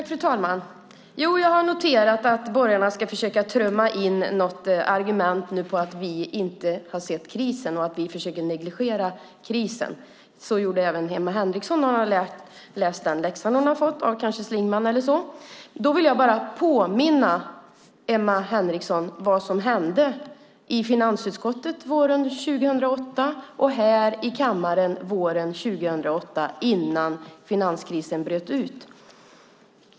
Fru talman! Jo, jag har noterat att borgarna nu ska försöka trumma in något argument om att vi inte har sett krisen och att vi försöker negligera krisen. Så gjorde även Emma Henriksson. Hon har läst den läxa hon har fått, kanske av Schlingmann. Då vill jag bara påminna Emma Henriksson om vad som hände i finansutskottet våren 2008 och här i kammaren våren 2008 innan finanskrisen bröt ut.